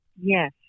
Yes